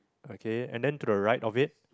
okay and then to the right of it